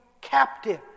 captive